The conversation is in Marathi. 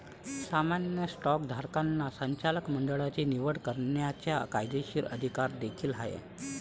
सामान्य स्टॉकधारकांना संचालक मंडळाची निवड करण्याचा कायदेशीर अधिकार देखील आहे